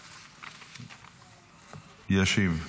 ישיב.